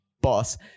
boss